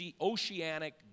oceanic